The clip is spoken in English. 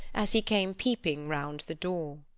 as he came peeping round the door.